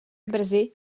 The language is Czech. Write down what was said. brzy